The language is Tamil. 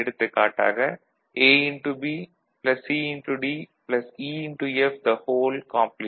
எடுத்துக் காட்டாக ABCDEF'